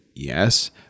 Yes